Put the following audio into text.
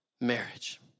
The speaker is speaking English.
marriage